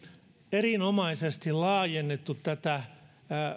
erinomaisesti laajennettu tätä